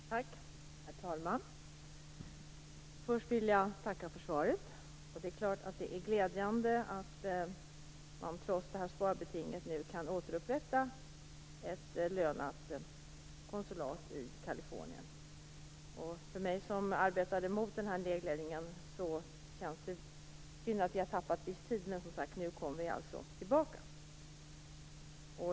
Herr talman! Först vill jag tacka för svaret. Det är klart att det är glädjande att man trots det här sparbetinget nu kan återupprätta ett lönat konsulat i Kalifornien. För mig som arbetade mot den här nedläggningen känns det synd att vi har tappat viss tid, men nu kommer vi alltså tillbaka.